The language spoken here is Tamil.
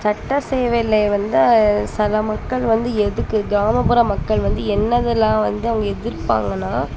சட்ட சேவைகளை வந்து சில மக்கள் வந்து எதுக்கு கிராமப்புற மக்கள் வந்து என்னதுலாம் வந்து அவங்க எதிர்ப்பாங்கன்னால்